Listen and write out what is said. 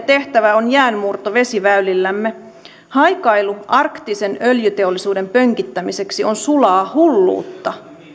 tehtävä on jäänmurto vesiväylillämme haikailu arktisen öljyteollisuuden pönkittämiseksi on sulaa hulluutta